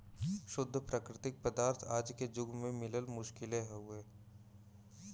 शुद्ध प्राकृतिक पदार्थ आज के जुग में मिलल मुश्किल हउवे